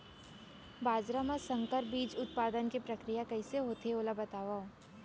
बाजरा मा संकर बीज उत्पादन के प्रक्रिया कइसे होथे ओला बताव?